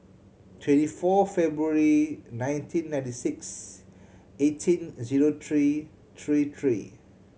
twenty four February nineteen ninety six eighteen zero three three three